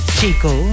Chico